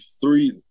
three